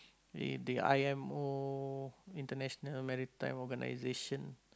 uh the i_m_o international maritime organization